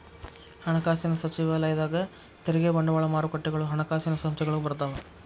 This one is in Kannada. ಹಣಕಾಸಿನ ಸಚಿವಾಲಯದಾಗ ತೆರಿಗೆ ಬಂಡವಾಳ ಮಾರುಕಟ್ಟೆಗಳು ಹಣಕಾಸಿನ ಸಂಸ್ಥೆಗಳು ಬರ್ತಾವ